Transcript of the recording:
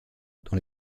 dans